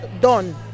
done